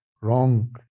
wrong